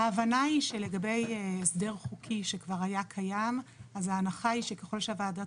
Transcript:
ההבנה היא שלגבי הסדר חוקי שכבר היה קיים אז ההנחה היא שככל שהוועדות